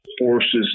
forces